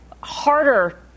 harder